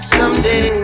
Someday